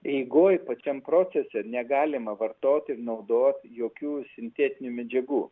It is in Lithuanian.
eigoj pačiam procese negalima vartoti naudot jokių sintetinių medžiagų